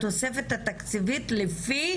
בדיונים הקודמים דובר על תהליך מאוד ארוך בוועדות